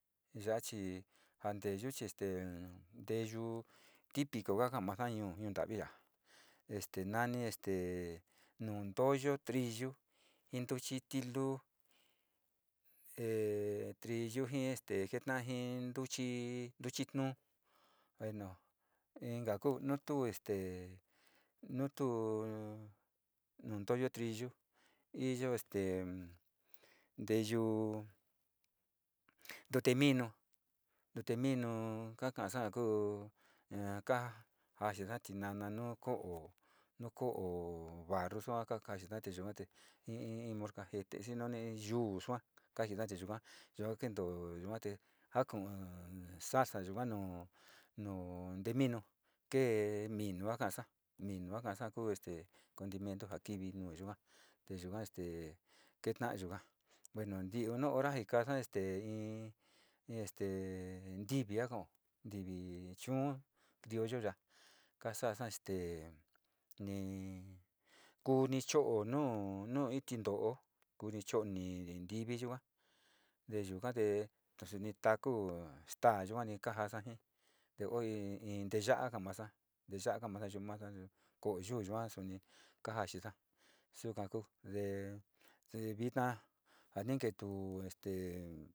Ya'a chi a nteyu chi este nteyu típico ka ka'a masa ñuu ntavi ya'a este nami este muntoyo, triyu ji ntuchi tiluu e triyu ji este keta'a ji ntuchi tu'un bueno, inka kuu nu tuu este nutuu nuntoyo iriyu este nteyuu tute minu, tute minu kakasa ja kuu in kaxina tinana nu ko'o barru sua ka ka'ava yua te ji in molcajete xi mani yuu sua kavi nati yuga yua kentoo yua re kontoo yuate ja kuaa salsa yuka te nute minu te minu ka ka'asa minu kaasa kuu este condimentu ja kivi nu yuga te yuga este keta'a yuga, bueno nti'i ora jee kaasca te in ntivi ka kao ntivi chuu criollo ya'a kasasa te ni kuni cho'o tivi yuka te yuka te suni taku staa yuani kajaasa ji, te oi ji tee ya'a ka'a masa, teeya'a kaasa yu'u masa ko'o yuu yua suni kaja xisa yuka kuu vee te vina ja ni ketuute.